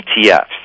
ETFs